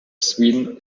sweden